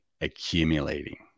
accumulating